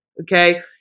okay